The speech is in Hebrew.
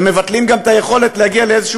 ומבטלים גם את היכולת להגיע לאיזשהו